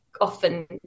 often